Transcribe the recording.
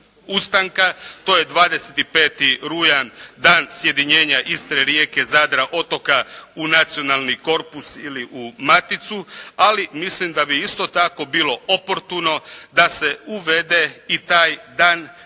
ustanka. To je 25. rujan Dan sjedinjenja Istre, Rijeke, Zadra, otoka u nacionalni korpus ili u maticu. Ali mislim da bi isto tako bilo oportuno da se uvede i taj dan sjećanja